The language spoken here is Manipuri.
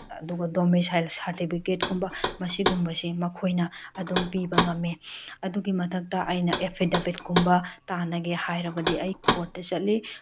ꯑꯗꯨꯒ ꯗꯣꯃꯤꯁꯥꯏꯜ ꯁꯥꯔꯇꯤꯐꯤꯀꯦꯠ ꯀꯨꯝꯕ ꯃꯁꯤꯒꯨꯝꯕꯁꯤ ꯃꯈꯣꯏꯅ ꯑꯗꯨꯝ ꯄꯤꯕ ꯉꯝꯃꯤ ꯑꯗꯨꯒꯤ ꯃꯊꯛꯇ ꯑꯩꯅ ꯑꯦꯐꯤꯗꯦꯚꯤꯠꯀꯨꯝꯕ ꯇꯥꯟꯅꯒꯦ ꯍꯥꯏꯔꯕꯗꯤ ꯑꯩ ꯀꯣꯔꯠꯇ ꯆꯠꯂꯤ